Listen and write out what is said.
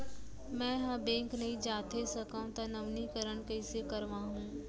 मैं ह बैंक नई जाथे सकंव त नवीनीकरण कइसे करवाहू?